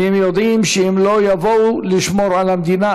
הם יודעים שאם לא יבואו לשמור על המדינה,